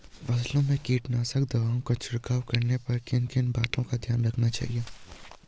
फसलों में कीटनाशक दवाओं का छिड़काव करने पर किन किन बातों को ध्यान में रखना चाहिए?